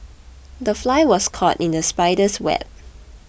the fly was caught in the spider's web